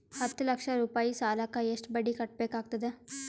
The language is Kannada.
ಹತ್ತ ಲಕ್ಷ ರೂಪಾಯಿ ಸಾಲಕ್ಕ ಎಷ್ಟ ಬಡ್ಡಿ ಕಟ್ಟಬೇಕಾಗತದ?